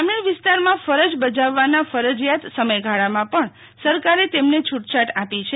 ગ્રામીણ વિસ્તારમાં ફરજ બજાવવાના ફરજિયાત સમયગાળામાં પણ સરકારે તેમને છૂટછાટ આપી છે